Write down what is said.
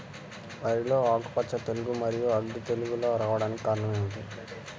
వరిలో ఆకుమచ్చ తెగులు, మరియు అగ్గి తెగులు రావడానికి కారణం ఏమిటి?